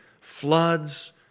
floods